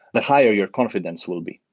the higher your confidence will be.